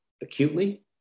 acutely